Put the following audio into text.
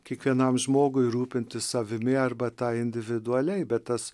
kiekvienam žmogui rūpintis savimi arba tai individualiai bet tas